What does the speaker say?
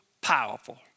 powerful